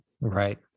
right